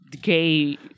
gay